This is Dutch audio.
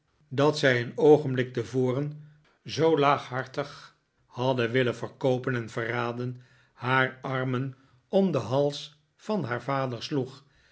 dat zij een oogenblik tevoren zoo laaghartig hadden willen verkoopen en verraden haar armen om den hals van haar vader sloeg